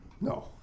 No